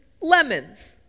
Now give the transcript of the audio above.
lemons